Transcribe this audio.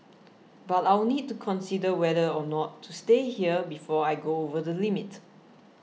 but I'll need to consider whether or not to stay here before I go over the limit